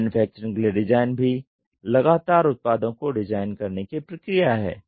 manufacturing के लिए design भी लगातार उत्पादों को डिज़ाइन करने की प्रक्रिया है